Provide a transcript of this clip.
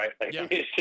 right